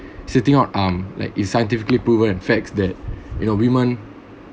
sitting out um like it's scientifically proven facts that you know women